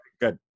good